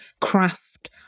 craft